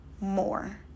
more